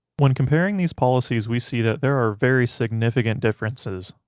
when comparing these policies we see that there are very significant differences.